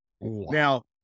now